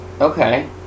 Okay